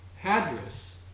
Hadris